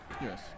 Yes